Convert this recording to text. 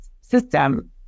system